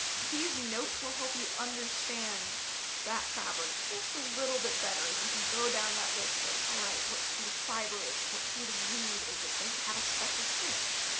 these notes will help you understand that fabric just a little bit better as you can go down that list of all right, what sort of fibre is it, what sort of weave is it, does it have a special finish,